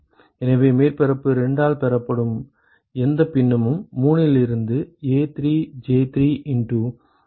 எனவே மேற்பரப்பு 2 ஆல் பெறப்படும் எந்தப் பின்னமும் 3ல் இருந்து A3J3 இன்டு F32 ஆக இருக்கும்